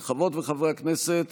את קולותיהם של חברי הכנסת